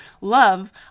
love